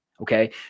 Okay